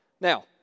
Now